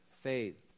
faith